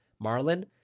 Marlin